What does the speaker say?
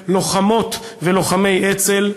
אפוא לוחמות ולוחמי אצ"ל,